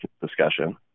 discussion